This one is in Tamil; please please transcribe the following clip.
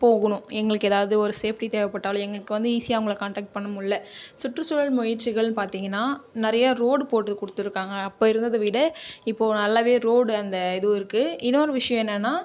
போகுதுனு எங்களுக்கு ஏதாவது ஒரு சேஃப்ட்டி தேவைபட்டாலு எங்களுக்கு வந்து ஈசியாக அவங்களை காண்டேக்ட் பண்ண முடியல சுற்றுசூழல் முயற்சிகள்னு பார்த்தீங்கன்னா நிறைய ரோடு போட்டு கொடுத்துருக்காங்கள் அப்போ இருந்ததை விட இப்போ நல்லாவே ரோடு அந்த ஏதோ இருக்குது இன்னொரு விஷயோ என்னான்னா